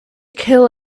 kill